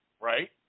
right